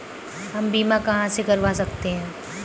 हम बीमा कहां से करवा सकते हैं?